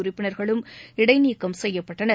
உறுப்பினர்களும் இடைநீக்கம் செய்யப்பட்டனர்